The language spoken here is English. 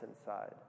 inside